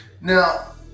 Now